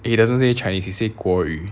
he doesn't say chinese he say 国语